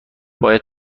باید